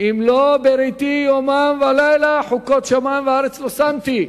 אם לא בריתי יומם ולילה, חוקות שמים וארץ לא שמתי,